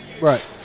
Right